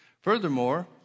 Furthermore